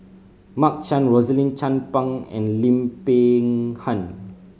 Mark Chan Rosaline Chan Pang and Lim Peng Han